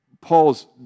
Paul's